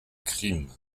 crime